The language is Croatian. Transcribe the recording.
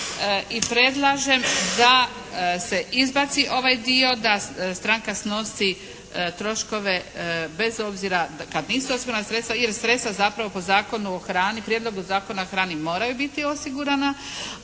i predlažem da se izbaci ovaj dio da stranka snosi troškove bez obzira kad nisu osigurana sredstva, jer sredstva zapravo po Zakonu o hrani, Prijedlogu zakona o hrani moraju biti osigurana,